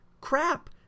crap